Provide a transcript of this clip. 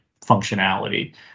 functionality